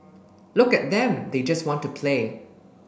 look at them they just want to play